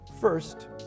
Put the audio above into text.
First